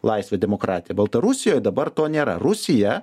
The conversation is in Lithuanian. laisvę demokratiją baltarusijoj dabar to nėra rusija